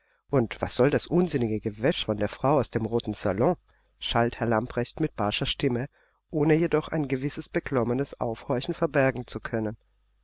und was soll das unsinnige gewäsch von der frau aus dem roten salon schalt herr lamprecht mit barscher stimme ohne jedoch ein gewisses beklommenes aufhorchen verbergen zu können